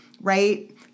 right